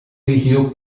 dirigido